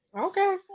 Okay